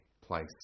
place